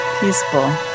peaceful